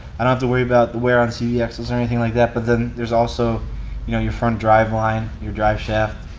i don't have to worry about the wear on cv axles, or anything like that, but then there's also you know your front drive line, your drive shaft.